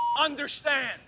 understand